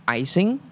icing